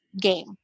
game